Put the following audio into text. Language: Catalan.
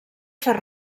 fer